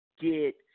get